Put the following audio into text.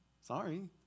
Sorry